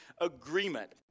agreement